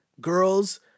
girls